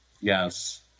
yes